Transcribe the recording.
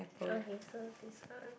okay so this one